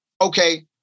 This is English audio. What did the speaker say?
okay